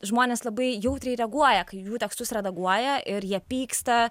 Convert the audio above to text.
žmonės labai jautriai reaguoja kai jų tekstus redaguoja ir jie pyksta